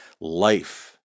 Life